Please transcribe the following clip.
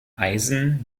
eisen